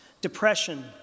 depression